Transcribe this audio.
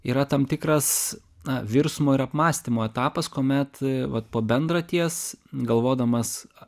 yra tam tikras virsmo ir apmąstymų etapas kuomet vat po bendraties galvodamas